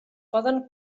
poden